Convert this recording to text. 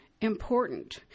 important